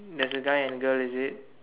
there is a guy and girl is it